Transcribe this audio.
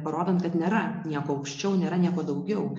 parodant kad nėra nieko aukščiau nėra nieko daugiau